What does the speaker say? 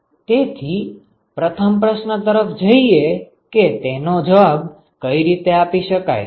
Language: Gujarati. તેથી પ્રથમ પ્રશ્ન તરફ જોઈએ કે તેનો જવાબ કઈ રીતે આપી શકાય